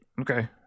Okay